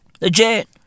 Legit